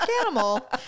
animal